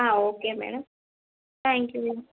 okay madam thank you